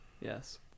Yes